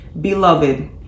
Beloved